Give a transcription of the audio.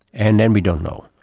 and then we don't know.